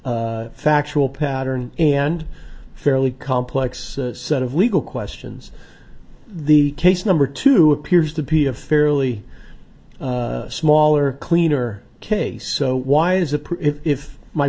factual pattern and fairly complex set of legal questions the case number two appears to be a fairly smaller cleaner case so why is it if